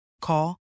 Call